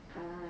uh